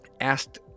asked